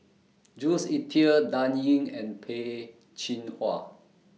Jules Itier Dan Ying and Peh Chin Hua